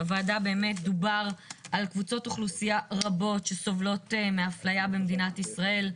בוועדה דובר על קבוצות אוכלוסייה רבות שסובלות מאפליה במדינת ישראל.